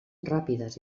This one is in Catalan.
ràpides